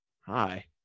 Hi